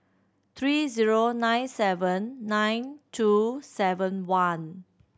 three zero nine seven nine two seven one